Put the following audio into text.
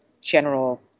general